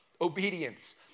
obedience